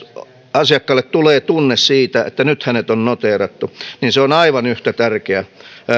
asiakkaalle tulee tunne siitä että nyt hänet on noteerattu haastattelu on aivan yhtä tärkeä